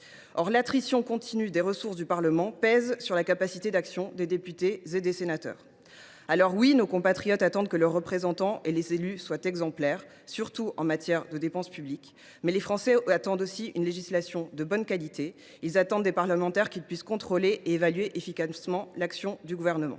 Or l’attrition continue des ressources du Parlement pèse sur la capacité d’action des députés et des sénateurs. Oui, nos compatriotes attendent que leurs représentants et les élus soient exemplaires, surtout en matière de dépense publique. Mais les Français veulent aussi une législation de bonne qualité. Ils attendent des parlementaires qu’ils puissent contrôler et évaluer efficacement l’action du Gouvernement.